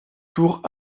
tours